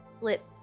flip